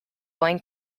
going